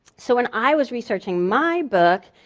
so when i was researching my book,